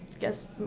guess